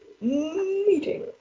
meeting